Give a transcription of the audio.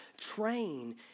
train